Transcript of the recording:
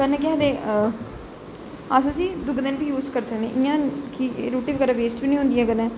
कन्नै के्ह् आक्खदे अस उसी दुऐ दिन बी यूज करी सकने इयां रोटी बगैरा बेस्ट बी नेईं होंदी कन्नै